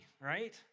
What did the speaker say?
right